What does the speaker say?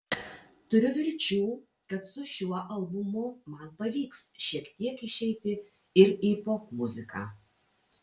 turiu vilčių kad su šiuo albumu man pavyks šiek tiek išeiti ir į popmuziką